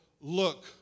look